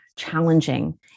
challenging